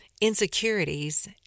insecurities